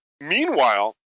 Meanwhile